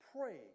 Pray